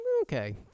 Okay